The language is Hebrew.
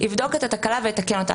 יבדוק את התקלה ויתקן אותה,